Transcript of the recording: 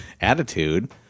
attitude